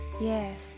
Yes